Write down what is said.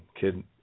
kid